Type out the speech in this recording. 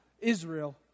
Israel